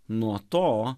nuo to